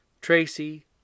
Tracy